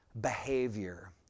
behavior